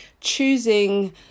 choosing